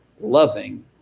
loving